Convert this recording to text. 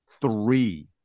three